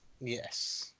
yes